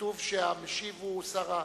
כתוב שהמשיב הוא השר.